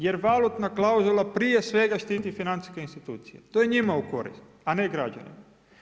Jer valutna klauzula prije svega štiti financijske institucije, to je njima u korist, a ne građanima.